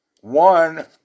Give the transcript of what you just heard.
One